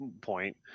point